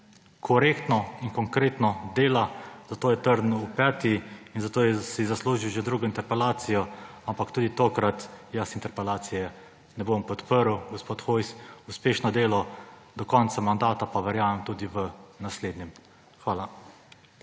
korektno in konkretno dela, zato je trn v peti in zato si zasluži že drugo interpelacijo, ampak tudi tokrat jaz interpelacije ne bom podprl. Gospod Hojs, uspešno delo do konca mandata, pa verjamem, tudi v naslednjem! Hvala.